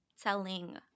Telling